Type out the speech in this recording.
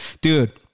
dude